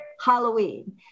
Halloween